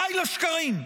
די לשקרים.